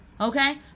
Okay